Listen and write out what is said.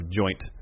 joint